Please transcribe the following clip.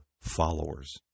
followers